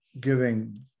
giving